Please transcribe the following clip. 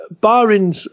barring